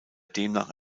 demnach